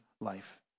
life